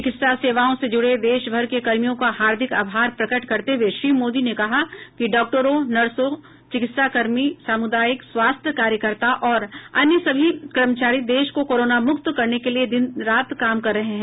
चिकित्सा सेवाओं से जुड़े देशभर के कर्मियों का हार्दिक आभार प्रकट करते हुए श्री मोदी ने कहा कि डाक्टरों नर्सों चिकित्साकर्मी सामुदायिक स्वास्थ्य कार्यकर्ता और अन्य सभी कर्मचारी देश को कोरोना मुक्त करने के लिए रात दिन काम कर रहे हैं